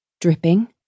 Dripping